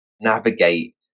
navigate